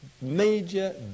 major